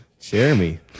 Jeremy